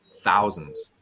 thousands